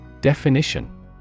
Definition